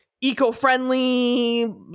eco-friendly